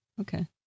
okay